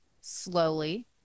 slowly